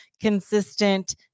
consistent